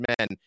men